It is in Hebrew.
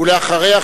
ואחריה,